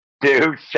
Dude